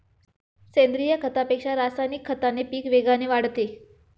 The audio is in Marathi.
सेंद्रीय खतापेक्षा रासायनिक खताने पीक वेगाने वाढते